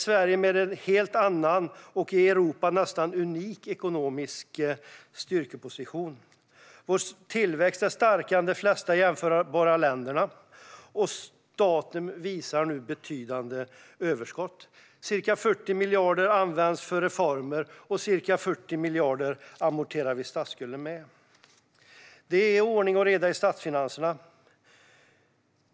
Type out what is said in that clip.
Sverige har en helt annan och i Europa nästan unik ekonomisk styrkeposition. Vår tillväxt är starkare än de flesta jämförbara länders, och statens budget visar nu betydande överskott. Ca 40 miljarder används till reformer, och ca 40 miljarder amorterar vi statsskulden med. Det är ordning och reda i statsfinanserna.